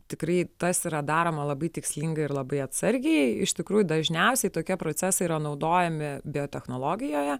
tikrai tas yra daroma labai tikslingai ir labai atsargiai iš tikrųjų dažniausiai tokie procesai yra naudojami biotechnologijoje